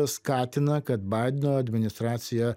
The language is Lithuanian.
skatina kad baideno administracija